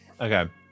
Okay